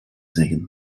zeggen